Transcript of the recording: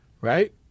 right